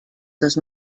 dos